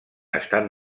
estat